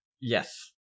Yes